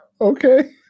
Okay